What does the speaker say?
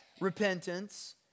repentance